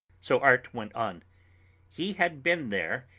so art went on he had been there,